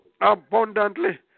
abundantly